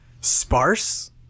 sparse